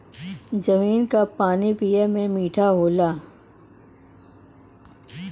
जमीन क पानी पिए में मीठा होला